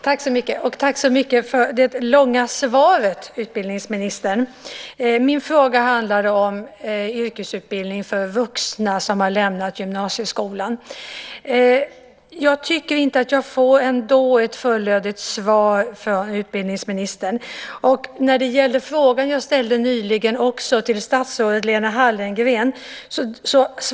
Herr talman! Tack så mycket för det långa svaret, utbildningsministern. Min fråga handlade om yrkesutbildning för vuxna som har lämnat gymnasieskolan. Jag tycker ändå inte att jag får ett fullödigt svar från utbildningsministern. Jag ställde nyligen en fråga till statsrådet Lena Hallengren.